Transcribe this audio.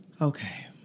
Okay